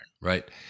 Right